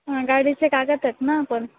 हां गाडीचे कागद आहेत ना पण